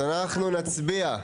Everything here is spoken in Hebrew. אז אנחנו נצביע,